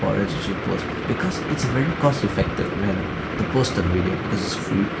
actually post because it's very cost effective and to post a minute cause it's free